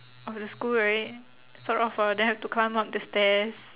of the school right sort of uh there have to climb up the stairs